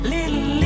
Little